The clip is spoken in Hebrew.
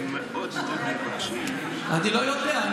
אני לא יודע.